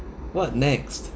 what next